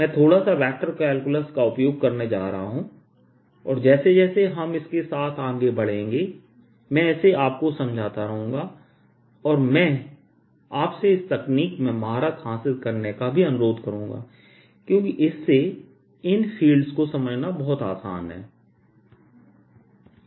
मैं थोड़ा सा वेक्टर कैलकुलस का उपयोग करने जा रहा हूं और जैसे जैसे हम इसके साथ आगे बढ़ेंगे मैं इसे आपको समझाता रहूंगा और मैं आपसे इस तकनीक में महारत हासिल करने का भी अनुरोध करूंगा क्योंकि इससे इन फील्ड्स को समझना बहुत आसान हो जाएगा